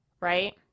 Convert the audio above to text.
right